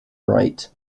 right